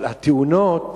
אבל התאונות